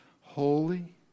holy